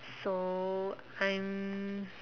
so I'm